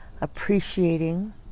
appreciating